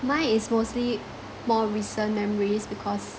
mine is mostly more recent memories because